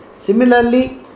Similarly